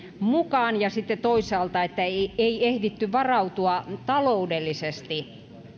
mukaan ja sitten toisaalta sillä että ei ehditty varautua taloudellisesti